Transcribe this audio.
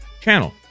Channel